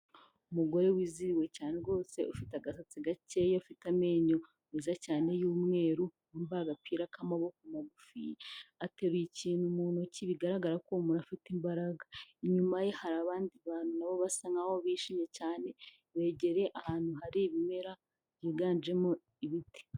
Umugore wizihiwe cyane rwose ufite agasatsi gakeya ufite amenyo meza cyane y'umweru, wambaye agapira k'amaboko magufi. Ateruye ikintu mu ntoki bigaragara ko uwo muntu afite imbaraga. Inyuma ye hari abandi bantu na bo basa nkaho bishimye cyane, begereye ahantu hari ibimera byiganjemo ibiti.